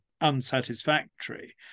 unsatisfactory